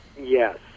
yes